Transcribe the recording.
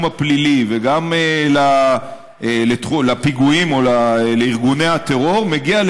הפלילי וגם לפיגועים או לארגוני הטרור מגיע,